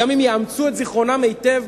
גם אם יאמצו את זיכרונם היטב,